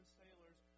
sailors